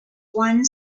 one